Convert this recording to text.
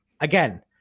Again